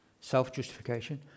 Self-justification